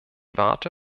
warte